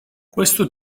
questo